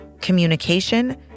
communication